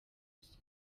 ruswa